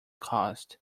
caused